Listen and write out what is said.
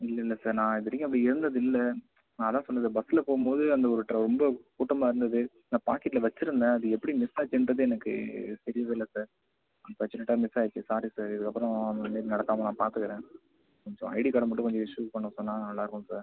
இல்லல்லை சார் நான் இதுவரைக்கும் அப்படி இருந்ததில்லை நான் அதுதான் சொன்னேனே பஸ்ஸில் போகும் போது அந்த ஒரு ரொம்ப கூட்டமாக இருந்தது நான் பாக்கெட்டில் வச்சுருந்தேன் அது எப்படி மிஸ் ஆச்சுன்றது எனக்கு தெரியவேல்லை சார் அன்ஃபார்ச்சுனேட்டாக மிஸ் ஆயிடுச்சு சாரி சார் இதுக்கப்புறம் இந்த மாரி நடக்காமல் நான் பார்த்துக்கறேன் கொஞ்சம் ஐடி கார்ட மட்டும் கொஞ்சம் இஷ்யு பண்ண சொன்னால் நல்லாயிருக்கும் சார்